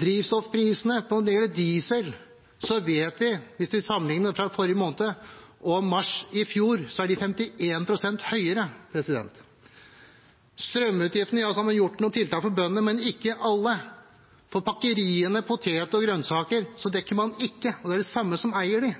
Drivstoffprisene: Hvis vi sammenligner dieselprisen i forrige måned og mars i fjor, så vet vi at den er 51 pst. høyere. Strømutgiftene: Man har gjort noen tiltak for bøndene, men ikke for alle. For pakkeriene av potet og grønnsaker dekker man ikke, og det er de samme som eier